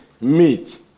meet